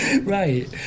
Right